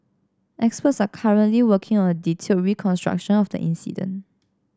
experts are currently working on a detailed reconstruction of the incident